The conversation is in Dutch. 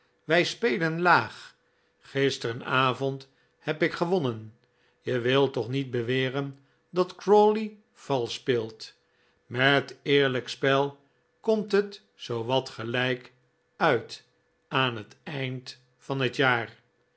wij spelen laag gisteren avond heb ik gewonnen je wilt toch niet beweren dat crawley valsch speelt met eerlijk spel kornt het zoowat gelijk uit aan het eind van het jaar